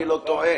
דיבר.